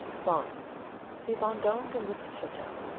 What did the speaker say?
bondes see bondon de neufchatel.